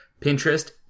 pinterest